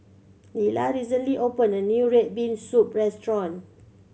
Lila recently opened a new red bean soup restaurant